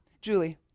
Julie